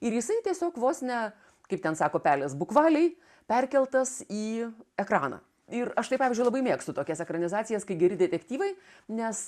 ir jisai tiesiog vos ne kaip ten sako pelės bukvaliai perkeltas į ekraną ir aš tai pavyzdžiui labai mėgstu tokias ekranizacijas kai geri detektyvai nes